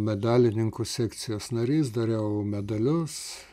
medalininkų sekcijos narys dariau medalius